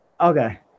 Okay